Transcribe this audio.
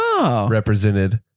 represented